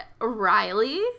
Riley